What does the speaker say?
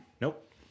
Nope